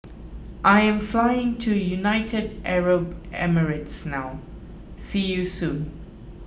I am flying to United Arab Emirates now see you soon